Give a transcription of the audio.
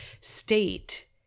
state